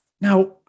Now